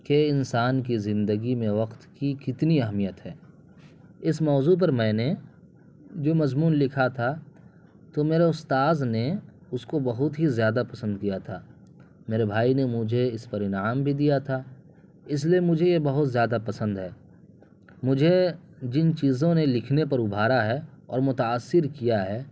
کہ انسان کی زندگی میں وقت کی کتنی اہمیت ہے اس موضوع پر میں نے جو مضمون لکھا تھا تو میرا استاد نے اس کو بہت ہی زیادہ پسند کیا تھا میرے بھائی نے مجھے اس پر انعام بھی دیا تھا اس لیے مجھے یہ بہت زیادہ پسند ہے مجھے جن چیزوں نے لکھنے پر ابھارا ہے اور متاثر کیا ہے